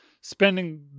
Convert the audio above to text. spending